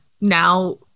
now